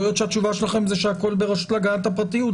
יכול להיות שהתשובה שלכם שהכול ברשות להגנת הפרטיות,